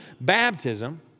baptism